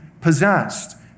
possessed